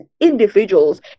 individuals